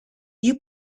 you